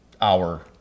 hour